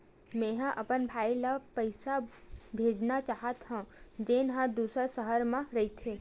मेंहा अपन भाई ला पइसा भेजना चाहत हव, जेन हा दूसर शहर मा रहिथे